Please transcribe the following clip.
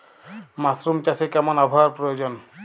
Mushroom চাষে কেমন আবহাওয়ার প্রয়োজন?